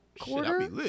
quarter